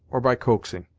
or by coaxing?